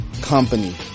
Company